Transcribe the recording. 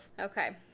Okay